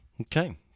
okay